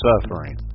suffering